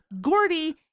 Gordy